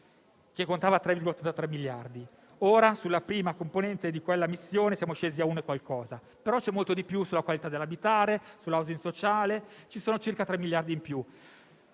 che contava 3,3 miliardi. Ora sulla prima componente di quella missione siamo scesi a circa un miliardo, però c'è molto di più sulla qualità dell'abitare e sull'*housing* sociale. Ci sono circa 3 miliardi in più,